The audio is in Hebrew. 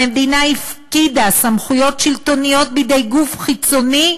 המדינה הפקידה סמכויות שלטוניות בידי גוף חיצוני,